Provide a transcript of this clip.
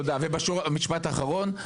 משפט אחרון.